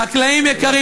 חקלאים יקרים,